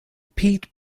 peat